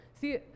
See